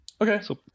Okay